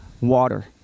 water